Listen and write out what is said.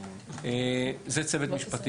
זה צוות משפטי.